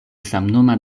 samnoma